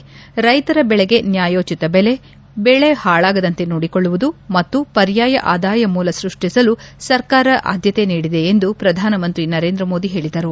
ರ್ನೆತರ ಬೆಳೆಗೆ ನ್ನಾಯೋಚತ ಬೆಲೆ ಬೆಳೆ ಹಾಳಾಗದಂತೆ ನೋಡಿಕೊಳ್ಳುವುದು ಮತ್ತು ಪರ್ಯಾಯ ಆದಾಯ ಮೂಲ ಸ್ಪಷ್ಷಿಸಲು ನಮ್ನ ಸರ್ಕಾರ ಆದ್ದತೆ ನೀಡಿದೆ ಎಂದು ಪ್ರಧಾನಮಂತ್ರಿ ನರೇಂದ್ರ ಮೋದಿ ಹೇಳದರು